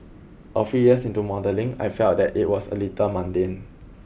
a few years into modelling I felt that it was a little mundane